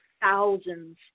thousands